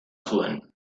zuen